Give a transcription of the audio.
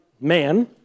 man